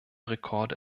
rekorde